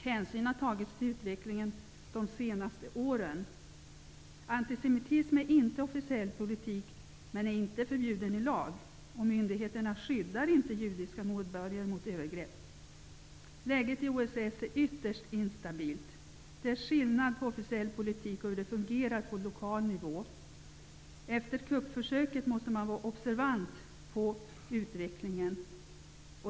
Hänsyn har tagits till utvecklingen under de senaste åren. Antisemitism är inte officiell politik, men den är inte förbjuden i lag. Myndigheterna skyddar inte judiska medborgare mot övergrepp. Läget i OSS är ytterst instabilt. Det är skillnad mellan officiell politik och hur det fungerar på lokal nivå. Efter kuppförsöket måste man vara observant på utvecklingen.